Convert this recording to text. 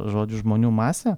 žodžių žmonių masė